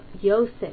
Yosef